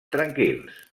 tranquils